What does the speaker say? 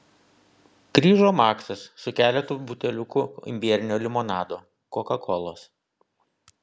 grįžo maksas su keletu buteliukų imbierinio limonado kokakolos